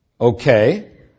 Okay